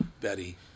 Betty